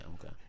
Okay